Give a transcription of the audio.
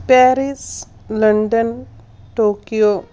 Paris London Tokyo